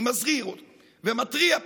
אני מזהיר ומתריע פה: